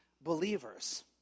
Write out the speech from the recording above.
believers